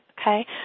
okay